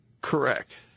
Correct